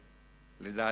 לדעתי?